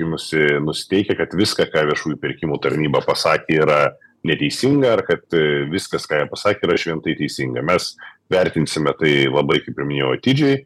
nusi nusiteikę kad viską ką viešųjų pirkimų tarnyba pasakė yra neteisinga ar kad viskas ką jie pasakė yra šventai teisingai mes vertinsime tai labai kaip ir minėjau atidžiai